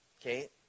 okay